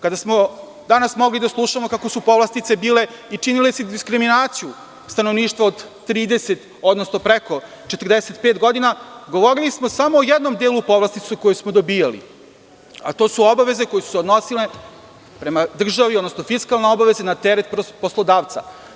Kada smo danas mogli da slušamo kakve su povlastice bile i činile su diskriminaciju stanovništva od 30, odnosno preko 45 godina, govorili smo samo o jednom delu povlastica koje smo dobijali, a to su obaveze koje su se odnosile prema državi, odnosno fiskalne obaveze na teret poslodavca.